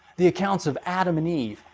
the accounts of adam and eve,